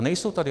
Nejsou tady.